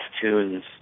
tunes